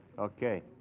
Okay